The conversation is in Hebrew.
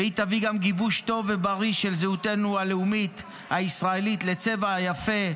והיא תביא גם גיבוש טוב ובריא של זהותנו הלאומית הישראלית לצבע היפה,